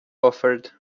offered